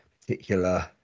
particular